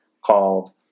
called